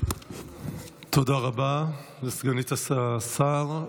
תודה רבה לסגנית השר.